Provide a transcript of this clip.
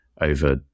over